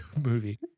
movie